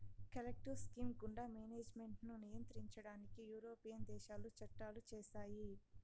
collective scheme గుండా management ను నియంత్రించడానికి యూరోపియన్ దేశాలు చట్టాలు చేశాయి